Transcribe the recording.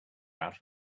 out